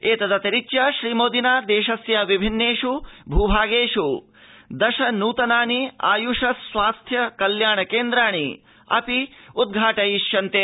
एतदतिरिच्य श्रीमोदिना देशस्य विभिन्नेष् भूभागेष् दश न्तनानि आय़ष स्वास्थ्य कल्याण केन्द्राणि अपि उद्घाटयिष्यन्ते